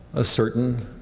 a certain